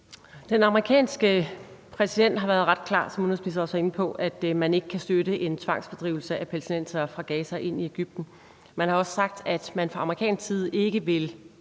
Den amerikanske præsident har, som udenrigsministeren også var inde på, været ret klar om, at man ikke kan støtte en tvangsfordrivelse af palæstinensere fra Gaza ind i Egypten. Man har også sagt, at man fra amerikansk side ikke vil